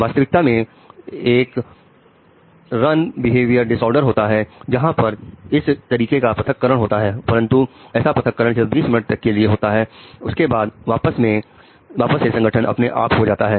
वास्तविकता में एक रन बिहेवियर समस्या होती है जहां पर इस तरीके का पृथक्करण होता है परंतु ऐसा प्रथक्करण सिर्फ 20 मिनट तक के लिए ही होता है उसके बाद वापस से संगठन अपने आप हो जाता है